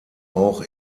auch